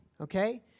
Okay